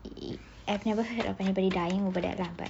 I have never heard of anybody dying over that lah but